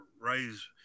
raise